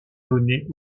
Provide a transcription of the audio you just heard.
donnait